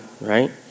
right